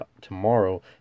tomorrow